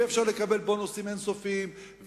ואי-אפשר לקבל בונוסים אין-סופיים,